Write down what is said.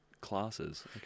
classes